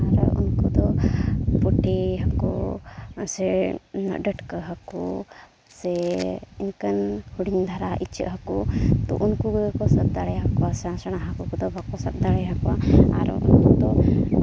ᱩᱱᱠᱩ ᱫᱚ ᱯᱩᱴᱷᱤ ᱦᱟᱹᱠᱩ ᱥᱮ ᱰᱟᱹᱲᱠᱟᱹ ᱦᱟᱹᱠᱩ ᱥᱮ ᱤᱱᱠᱟᱹᱱ ᱦᱩᱰᱤᱧ ᱫᱷᱟᱨᱟ ᱤᱪᱟᱹᱜ ᱦᱟᱹᱠᱩ ᱩᱱᱠᱩ ᱠᱚᱜᱮ ᱠᱚ ᱥᱟᱵ ᱫᱟᱲᱮᱭᱟᱠᱚᱣᱟ ᱥᱮᱬᱟ ᱥᱮᱬᱟ ᱦᱟᱹᱠᱩ ᱠᱚᱫᱚ ᱵᱟᱠᱚ ᱥᱟᱵ ᱫᱟᱲᱮᱭᱟᱠᱚᱣᱟ ᱟᱨ ᱩᱱᱠᱩ ᱫᱚ